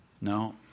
no